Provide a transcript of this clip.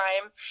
time